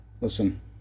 listen